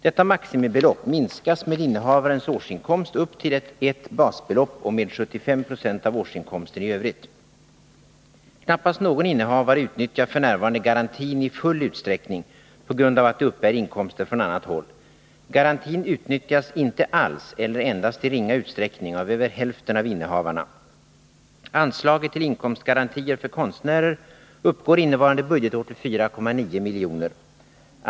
Detta maximibelopp minskas med innehavarens årsinkomst upp till ett basbelopp och med 75 Jo av årsinkomsten i övrigt. Knappast någon innehavare utnyttjar f. n. garantin i full utsträckning på grund av att de uppbär inkomster från annat håll. Garantin utnyttjas inte alls eller endast i ringa utsträckning av över hälften av innehavarna. Anslaget till inkomstgarantier för konstnärer uppgår innevarande budgetår till 4,9 milj.kr.